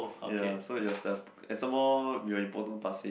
ya so it was the and some more we were in Potong-Pasir